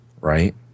Right